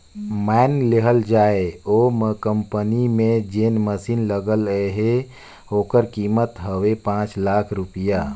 माएन लेहल जाए ओ कंपनी में जेन मसीन लगे ले अहे ओकर कीमेत हवे पाच लाख रूपिया